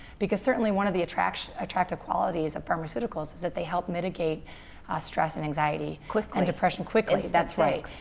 because certainly one of the attractive attractive qualities of pharmaceuticals is that they help mitigate ah stress and anxiety. quickly. and depression quickly. that's right.